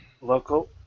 Local